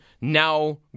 Now